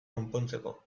konpontzeko